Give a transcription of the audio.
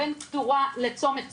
בין קטורה לצומת צמח,